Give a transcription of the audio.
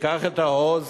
שתיקח את העוז